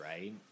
right